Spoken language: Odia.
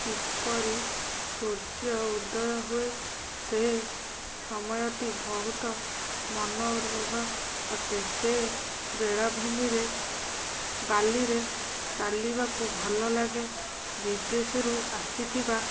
କିପରି ସୂର୍ଯ୍ୟ ଉଦୟ ହୁଏ ସେ ସମୟଟି ବହୁତ ମନଲୋଭା ଅଟେ ସେ ବେଳାଭୂମିରେ ବାଲିରେ ଚାଲିବାକୁ ଭଲ ଲାଗେ ବିଦେଶରୁ ଆସିଥିବା